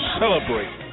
celebrate